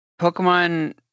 Pokemon